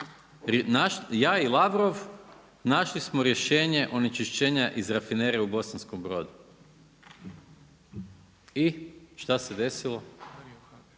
Ja i Lavrov našli smo rješenje onečišćenja u Rafineriji u Bosanskom Brodu. I šta se desilo?